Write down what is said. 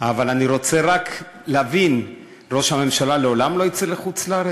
אבל אני רוצה רק להבין: ראש הממשלה לעולם לא יצא לחוץ-לארץ?